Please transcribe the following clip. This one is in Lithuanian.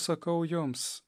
sakau jums